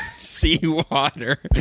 seawater